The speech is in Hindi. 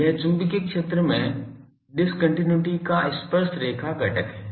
यह चुंबकीय क्षेत्र में डिस्कन्टिन्यूइटी का स्पर्शरेखा घटक है